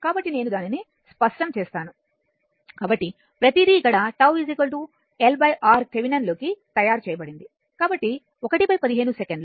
కాబట్టి నేను దానిని స్పష్టం చేస్తాను కాబట్టి ప్రతిదీ ఇక్కడ τ LRThevenin లో కి తయారు చేయబడింది కాబట్టి 115 సెకను